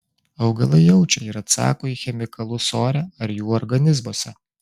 augalai jaučia ir atsako į chemikalus ore ar jų organizmuose